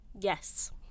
Yes